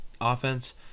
offense